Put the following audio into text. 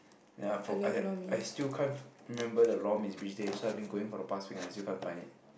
ya for I I still can't fo~ remember the lor-mee's is which day so I've been going for the past week and I still can't find it